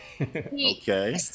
okay